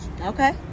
Okay